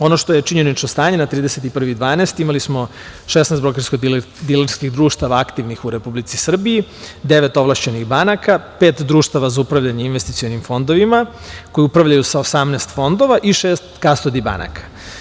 Ono što je činjenično stanje na 31. decembar, imali smo 16 brokersko-dilerskih društava aktivnih u Republici Srbiji, devet ovlašćenih banaka, pet društava za upravljanje investicionim fondovima, koji upravljaju sa 18 fondova i šest kastodi banaka.